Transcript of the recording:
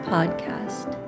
Podcast